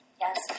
Yes